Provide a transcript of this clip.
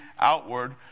outward